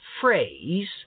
phrase